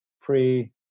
pre-